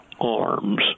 arms